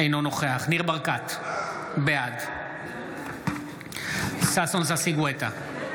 אינו נוכח ניר ברקת, בעד ששון ששי גואטה,